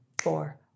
four